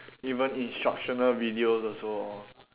even instructional videos also orh